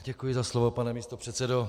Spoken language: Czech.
Děkuji za slovo, pane místopředsedo.